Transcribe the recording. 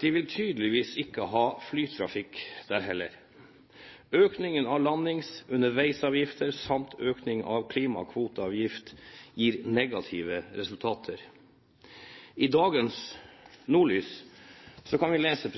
De vil tydeligvis ikke ha flytrafikk der heller. Økning av landings- og underveisavgifter samt økning av klimakvoteavgift gir negative resultater. I dagens Nordlys kan vi lese